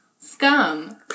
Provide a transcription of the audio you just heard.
scum